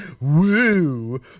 Woo